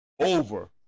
over